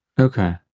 Okay